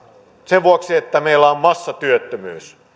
sen vuoksi että meillä on massatyöttömyys